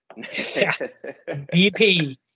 BP